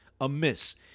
amiss